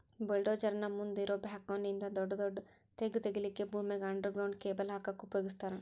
bulldozer ನ ಮುಂದ್ ಇರೋ ಬ್ಯಾಕ್ಹೊ ನಿಂದ ದೊಡದೊಡ್ಡ ತೆಗ್ಗ್ ತಗಿಲಿಕ್ಕೆ ಭೂಮ್ಯಾಗ ಅಂಡರ್ ಗ್ರೌಂಡ್ ಕೇಬಲ್ ಹಾಕಕ್ ಉಪಯೋಗಸ್ತಾರ